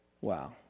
Wow